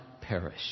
perish